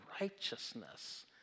righteousness